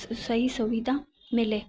स सही सुविधा मिले